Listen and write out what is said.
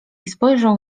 spojrzał